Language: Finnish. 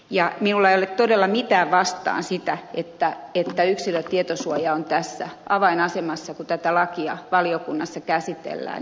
minulla ei ole todella mitään sitä vastaan että yksilön tietosuoja on avainasemassa kun tätä lakia valiokunnassa käsitellään